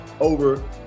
over